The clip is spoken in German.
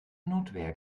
notwehr